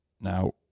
Now